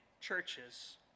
churches